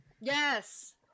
yes